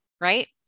right